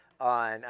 on